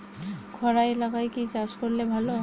খরা এলাকায় কি চাষ করলে ভালো?